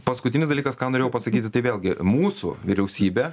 paskutinis dalykas ką norėjau pasakyti tai vėlgi mūsų vyriausybė